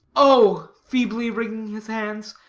oh, feebly wringing his hands,